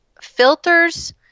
filters